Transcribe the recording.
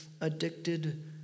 addicted